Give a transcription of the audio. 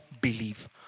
believe